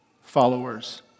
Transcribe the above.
followers